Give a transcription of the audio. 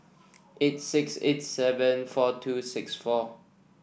eight six eight seven four two six four